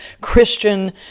Christian